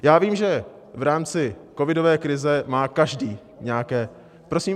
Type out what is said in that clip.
Já vím, že v rámci covidové krize má každý nějaké Prosím?